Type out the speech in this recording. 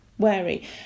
wary